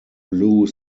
blue